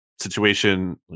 situation